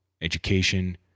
education